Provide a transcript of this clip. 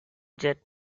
jet